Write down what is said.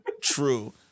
True